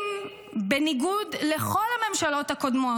אם בניגוד לממשלות הקודמות,